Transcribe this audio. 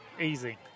Easy